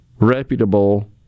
reputable